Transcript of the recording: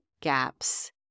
gaps